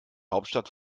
hauptstadt